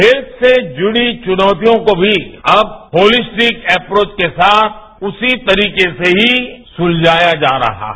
health से जुड़ी चुनौतियों को भी अब होलिस्टिक एप्रोच के साथ उसी तरीके से ही सुलझायों जा रहा है